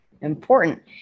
important